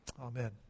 Amen